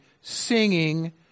singing